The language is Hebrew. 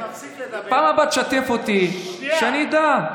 אני מפסיק לדבר, בפעם הבאה תשתף אותי, שאני אדע.